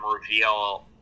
reveal